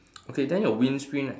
okay then your windscreen right